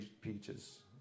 peaches